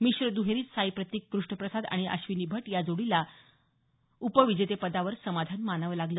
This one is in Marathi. मिश्र दुहेरीत साईप्रतिक कृष्णप्रसाद आणि अश्विनी भट या जोडीला उपविजेते पदावर समाधान मानावं लागलं